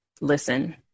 listen